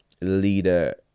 leader